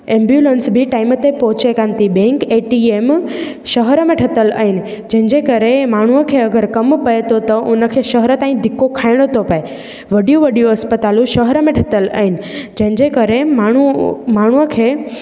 ambulance बि time ते पहुचे कोन थी बैंक ए टी एम शहर में ठहियलु आहिनि जंहिंजे करे माण्हुअ खे अगरि कमु पए थो त उन खे शहर ताईं धिको खाइणो थो पए वॾियूं वॾियूं हस्पतालू शहर में ठहियलु आहिनि जंहिंजे करे माण्हू माण्हूअ खे